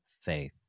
faith